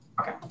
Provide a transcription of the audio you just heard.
Okay